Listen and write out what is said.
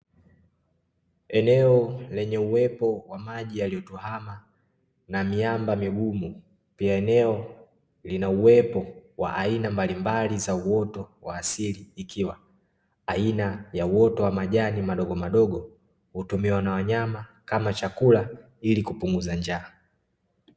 Eneo lenye uwepo wa maji yaliyotuwama, na miamba migumu pia eneo linauwepo wa aina mbalimbali za uoto wa asili, ikiwa aina ya uoto wa majani madogomadogo utumiwa na wanyama kama chakula, ili kupunguza njaa.